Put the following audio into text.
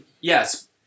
yes